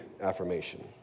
affirmation